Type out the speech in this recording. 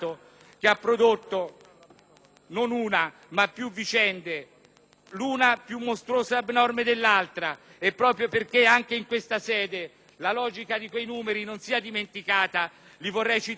non una ma più vicende, l'una più mostruosa e abnorme dell'altra. Proprio perché anche in questa sede la logica di quei numeri non sia dimenticata, li vorrei citare ancora una volta: